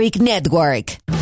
Network